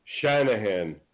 Shanahan